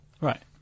Right